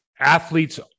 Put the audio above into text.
athletes